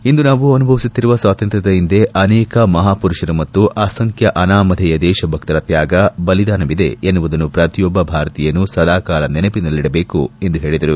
ಇಂದು ನಾವು ಅನುಭವಿಸುತ್ತಿರುವ ಸ್ವಾತಂತ್ರ್ಯದ ಹಿಂದೆ ಅನೇಕ ಮಹಾಪುರುಷರು ಮತ್ತು ಅಸಂಖ್ಯ ಅನಾಮಧೇಯ ದೇಶಭಕ್ತರ ತ್ಯಾಗ ಬಲಿದಾನವಿದೆ ಎನ್ನುವುದನ್ನು ಪ್ರತಿಯೊಬ್ಬ ಭಾರತೀಯನೂ ಸದಾಕಾಲ ನೆನಪಿನಲ್ಲಿಡಬೇಕು ಎಂದು ಹೇಳಿದರು